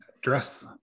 Dress